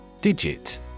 Digit